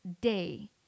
day